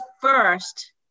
first